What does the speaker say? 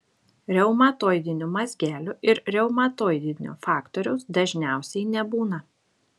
reumatoidinių mazgelių ir reumatoidinio faktoriaus dažniausiai nebūna